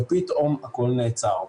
ופתאום הכול נעצר.